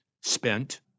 spent